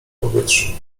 powietrzu